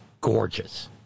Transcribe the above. gorgeous